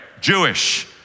Jewish